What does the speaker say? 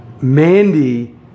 Mandy